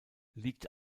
liegt